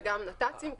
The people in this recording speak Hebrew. וגם נת"צים,